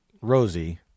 Rosie